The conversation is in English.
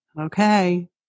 Okay